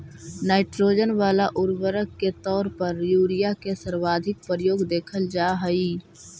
nitrogen वाला उर्वरक के तौर पर यूरिया के सर्वाधिक प्रयोग देखल जा हइ